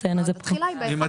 התחילה היא ב-1 בינואר.